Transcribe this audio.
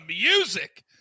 music